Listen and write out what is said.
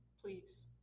Please